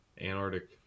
Antarctic